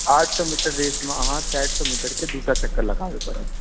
आठ सौ metre race मे अहाँ चारि सए मीटर के दूटा चक्कर लगाबए परत